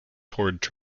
towards